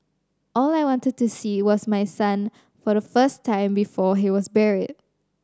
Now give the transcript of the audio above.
all I wanted to see was my son for the first time before he was buried